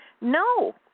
no